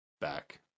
back